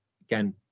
again